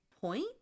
point